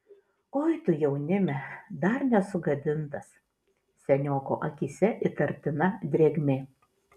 oi tu jaunime dar nesugadintas senioko akyse įtartina drėgmė